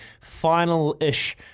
final-ish